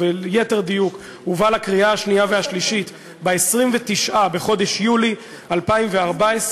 וביתר דיוק הובא לקריאה השנייה והשלישית ב-29 בחודש יולי 2014,